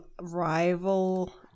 rival